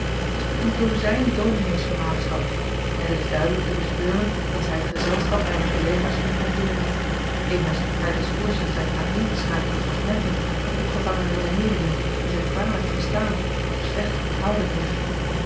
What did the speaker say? is met een dozijn dominees vermaagschapt en het is duidelijk te bespeuren dat zij het gezelschap mijner kollegaas frequenteert immers haar diskoersen zijn aaneengeschakelde fragmenten van opgevangen redeneeringen die zij kwalijk verstaan of slecht onthouden heeft